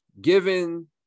given